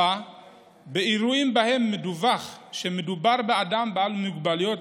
4. באירועים שבהם מדווח שמדובר באדם בעל מוגבלות,